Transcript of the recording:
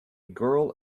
girl